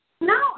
No